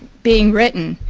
being written.